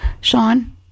Sean